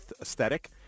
aesthetic